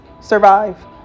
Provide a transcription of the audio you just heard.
survive